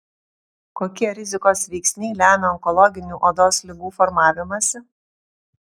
kokie rizikos veiksniai lemia onkologinių odos ligų formavimąsi